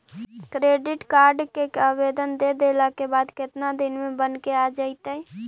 Credit card के आवेदन दे देला के बाद केतना दिन में बनके आ जइतै?